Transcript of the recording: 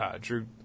Drew